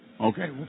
Okay